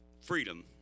freedom